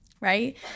right